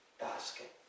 basket